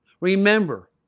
Remember